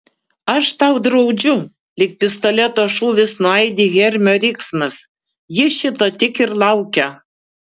aš tau draudžiu lyg pistoleto šūvis nuaidi hermio riksmas ji šito tik ir laukia